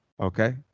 okay